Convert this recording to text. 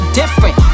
different